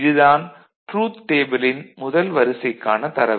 இது தான் ட்ரூத் டேபிளின் முதல் வரிசைக்கான தரவு